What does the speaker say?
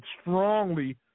strongly